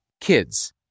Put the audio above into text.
Kids